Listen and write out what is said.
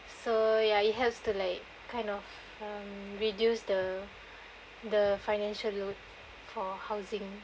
so ya it has to like kind of(um) reduce the the financial loan for housing